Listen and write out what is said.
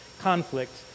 conflict